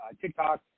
TikTok